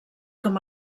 com